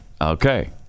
Okay